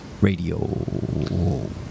Radio